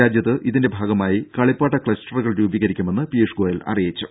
രാജ്യത്ത് ഇതിന്റെ ഭാഗമായി കളിപ്പാട്ട ക്ലസ്റ്ററുകൾ രൂപീകരിക്കുമെന്നും പിയൂഷ് ഗോയൽ അറിയിച്ചു